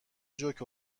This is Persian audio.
جوک